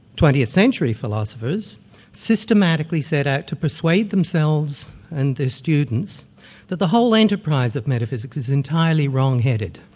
twentieth century philosophers systematically set out to persuade themselves and their students that the whole enterprise of metaphysics is entirely wrong-headed.